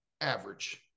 average